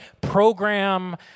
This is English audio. program